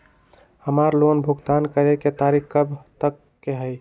हमार लोन भुगतान करे के तारीख कब तक के हई?